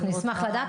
אנחנו נשמח לדעת.